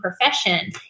profession